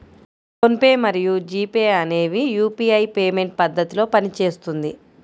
phone pay మరియు G pay అనేవి UPI payment పద్ధతిలో పనిచేస్తుంది